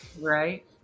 Right